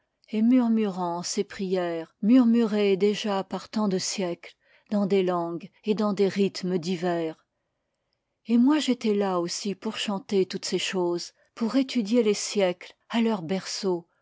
et murmurant ces prières murmurées déjà par tant de siècles dans des langues et dans des rhythmes divers et moi j'étais là aussi pour chanter toutes ces choses pour étudier les siècles à leur